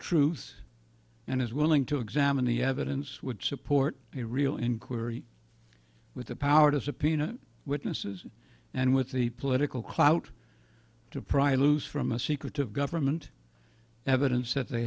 truth and is willing to examine the evidence would support a real inquiry with the power to subpoena witnesses and with the political clout to pry loose from a secretive government evidence that they